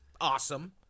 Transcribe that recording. awesome